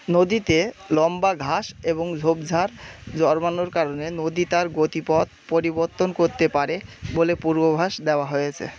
নদীতে লম্বা ঘাস এবং ঝোপঝাড় জন্মানোর কারণে নদী তার গতিপথ পরিবর্তন করতে পারে বলে পূর্বাভাস দেওয়া হয়েছে